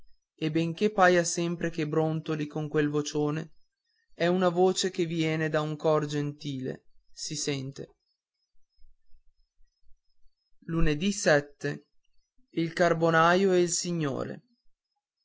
e benché paia sempre che brontoli con quel vocione è una voce che viene da un cor gentile si sente il carbonaio e il signore